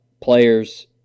players